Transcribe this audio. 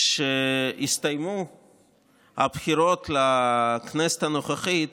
כשהסתיימו הבחירות לכנסת הנוכחית